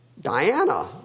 Diana